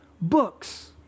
books